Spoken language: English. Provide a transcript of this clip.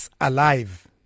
alive